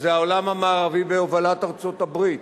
שזה העולם המערבי בהובלת ארצות-הברית,